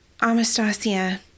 Amastasia